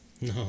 No